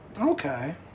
Okay